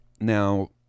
Now